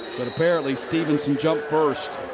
but apparently stephenson jumped first.